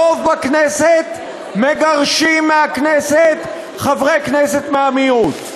הרוב בכנסת, מגרשים מהכנסת חברי כנסת מהמיעוט,